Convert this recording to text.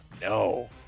No